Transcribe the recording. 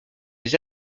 les